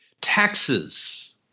Taxes